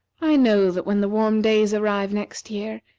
i know that when the warm days arrive next year,